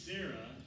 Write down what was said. Sarah